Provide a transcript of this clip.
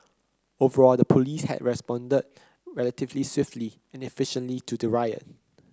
overall the police had responded relatively swiftly and efficiently to the riot